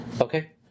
Okay